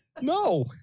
No